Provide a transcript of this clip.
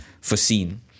foreseen